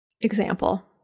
Example